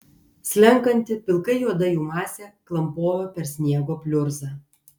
slenkanti pilkai juoda jų masė klampojo per sniego pliurzą